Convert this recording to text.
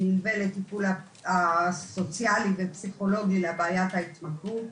שנלווה לטיפול הסוציאלי ופסיכולוגי לבעיית ההתמכרות.